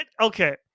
okay